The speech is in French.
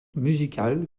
musicale